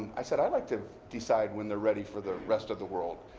i said, i like to decide when they're ready for the rest of the world.